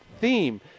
theme